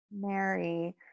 mary